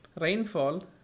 rainfall